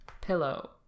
pillow